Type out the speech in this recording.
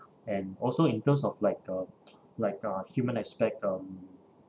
and also in terms of like uh like uh human aspect um